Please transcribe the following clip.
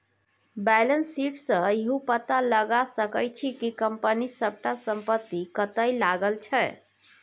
balance sheet सँ इहो पता लगा सकै छी कि कंपनी सबटा संपत्ति कतय लागल छै